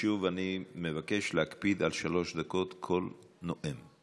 שוב, אני מבקש להקפיד על שלוש דקות לכל נואם.